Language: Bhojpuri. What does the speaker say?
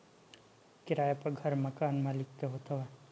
किराए पअ घर मकान मलिक के होत हवे